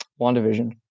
WandaVision